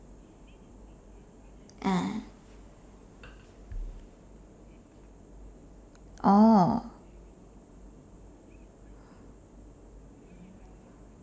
ah oh